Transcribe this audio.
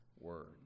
word